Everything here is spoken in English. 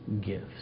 gifts